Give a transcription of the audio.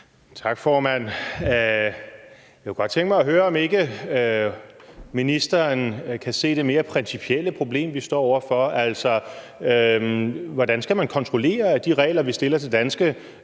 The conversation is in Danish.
Tak, formand. Jeg kunne godt tænke mig at høre, om ikke ministeren kan se det mere principielle problem, vi står over for. Altså, hvordan skal man kontrollere, at de krav, vi stiller til danske